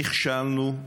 נכשלנו,